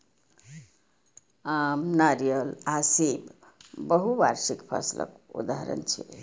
आम, नारियल आ सेब बहुवार्षिक फसलक उदाहरण छियै